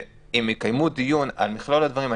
אם יקיימו דיון על מכלול הדברים,